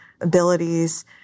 abilities